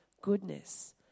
goodness